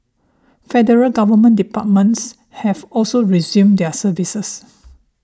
Federal Government departments have also resumed their services